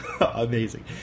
Amazing